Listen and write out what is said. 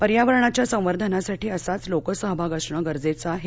पर्यावरणाच्या संवर्धनासाठी असाच लोकसहभाग असणं गरजेचं आहे